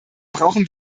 brauchen